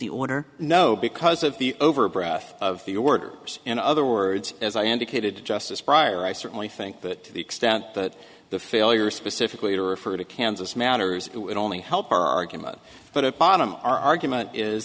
the order no because of the over breath of the order in other words as i indicated to justice prior i certainly think that to the extent that the failure specifically to refer to kansas matters it would only help our argument but at bottom our argument is